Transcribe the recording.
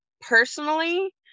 personally